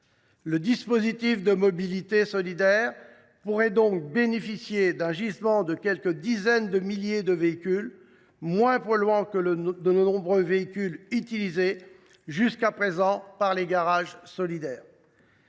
Le dispositif de mobilité solidaire pourrait donc bénéficier d’un gisement de quelques dizaines de milliers de véhicules, moins polluants que de nombreux véhicules utilisés jusqu’à présent par les garages solidaires.